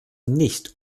nicht